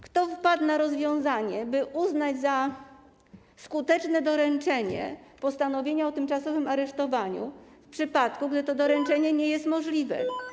Kto wpadł na rozwiązanie, by uznać za skuteczne doręczenie postanowienia o tymczasowym aresztowaniu, w przypadku gdy to doręczenie nie jest możliwe?